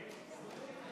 מתן